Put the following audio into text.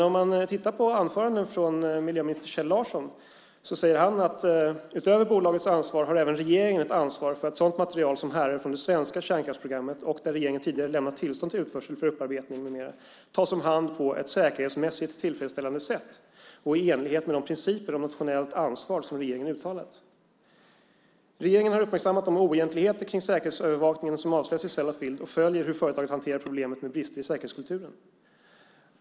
Om man tittar på anföranden av miljöminister Kjell Larsson ser man att han säger så här: Utöver bolagets ansvar har även regeringen ett ansvar för att sådant material som härrör från det svenska kärnkraftsprogrammet och där regeringen tidigare har lämnat tillstånd till utförsel för upparbetning med mera tas om hand på ett säkerhetsmässigt tillfredsställande sätt och i enlighet med de principer för nationellt ansvar som regeringen har uttalat. Regeringen har uppmärksammat de oegentligheter kring säkerhetsövervakningen som avslöjats i Sellafield och följer hur företaget hanterar problemet med brister i säkerhetskulturen.